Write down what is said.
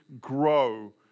grow